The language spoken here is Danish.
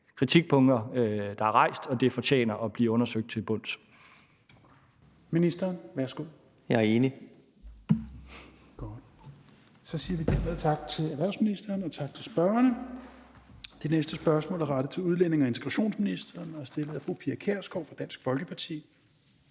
kritikpunkter, der er rejst, og at de fortjener at blive undersøgt til bunds.